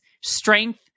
strength